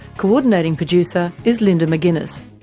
coordinating producer is linda mcginness,